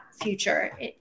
future